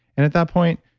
and at that point,